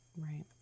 Right